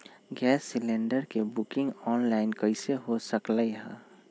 Gas cylinder के booking online कईसे हो सकलई ह?